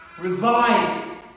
Revive